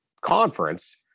conference